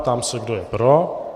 Ptám se, kdo je pro.